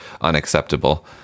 unacceptable